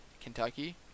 Kentucky